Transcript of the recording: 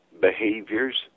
behaviors